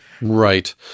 Right